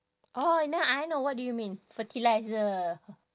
orh now I know what do you mean fertiliser